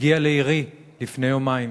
הגיע לעירי לפני יומיים.